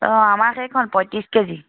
অ' আমাৰ সেইখন পয়ত্ৰিছ কেজি